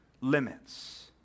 limits